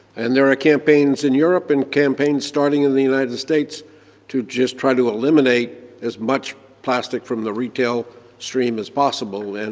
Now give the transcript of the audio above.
and there are campaigns in europe and campaigns starting in the united states to just try to eliminate as much plastic from the retail stream as possible, and